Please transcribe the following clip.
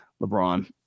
LeBron